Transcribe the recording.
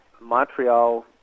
Montreal